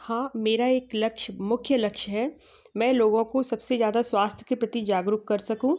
हाँ मेरा एक लक्ष्य मुख्य लक्ष्य है मैं लोगों को सब से ज़्यादा स्वास्थ्य के प्रति जागरूक कर सकूँ